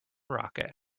rocket